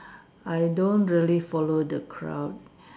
I don't really follow the crowd